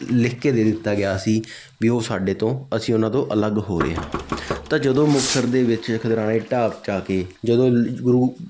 ਲਿਖ ਕੇ ਦੇ ਦਿੱਤਾ ਗਿਆ ਸੀ ਵੀ ਉਹ ਸਾਡੇ ਤੋਂ ਅਸੀਂ ਉਹਨਾਂ ਤੋਂ ਅਲੱਗ ਹੋ ਰਹੇ ਹਾਂ ਤਾਂ ਜਦੋਂ ਮੁਕਤਸਰ ਦੇ ਵਿੱਚ ਖਿਦਰਾਣੇ ਢਾਬ ਜਾ ਕੇ ਜਦੋਂ ਗੁਰੂ